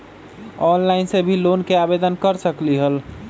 Online से भी loan के आवेदन कर सकलीहल?